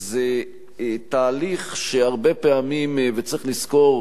זה תהליך שהרבה פעמים וצריך לזכור,